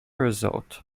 result